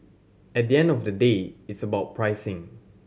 at the end of the day it's about pricing